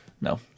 No